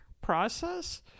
process